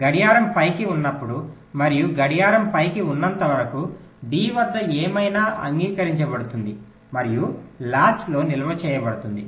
గడియారం పైకి ఉన్నప్పుడు మరియు గడియారం పైకి ఉన్నంత వరకు డి వద్ద ఏమైనా అంగీకరించబడుతుంది మరియు లాచ్ లో నిల్వ చేయబడుతుంది